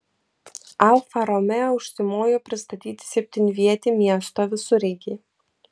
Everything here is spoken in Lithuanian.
alfa romeo užsimojo pristatyti septynvietį miesto visureigį